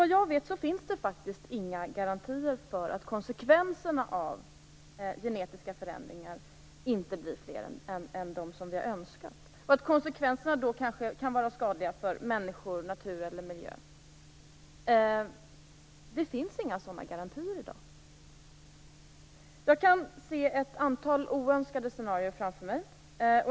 Vad jag vet finns det faktiskt inga garantier för att konsekvenserna av genetiska förändringar inte blir fler än dem som vi har önskat, och konsekvenserna kan då vara skadliga för människor, natur eller miljö. Det finns i dag inga sådana garantier. Jag kan se ett antal oönskade scenarier framför mig.